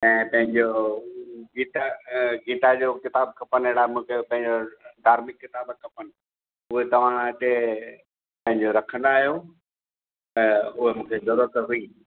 ऐं पंहिंजो गीता गीता जो किताब खपनि अहिड़ा मूंखे पंहिंजो धार्मिक किताब खपनि उहे तव्हां हिते पंहिंजो रखंदा आहियो हूअ मूंखे जरूअत हुई